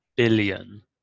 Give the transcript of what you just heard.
billion